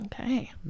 Okay